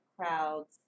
crowds